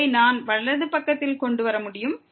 இதை நான் வலது பக்கத்தில் கொண்டு வர முடியும்